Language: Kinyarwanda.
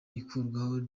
ikurwaho